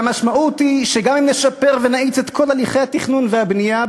והמשמעות היא שגם אם נשפר ונאיץ את כל הליכי התכנון והבנייה,